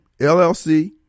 LLC